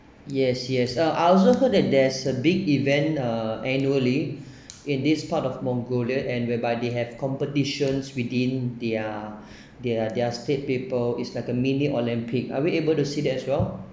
yes yes uh I also heard that there's a big event ah annually in this part of mongolia and whereby they have competitions within their their their state people is like a mini olympics are we able to see that as well